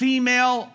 Female